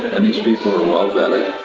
and, these people are well-vetted